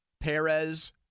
Perez